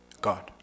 God